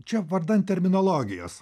čia vardan terminologijos